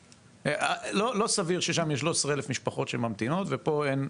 לא סביר ששם יש כ-13,000 משפחות שממתינות ופה אין.